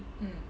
mm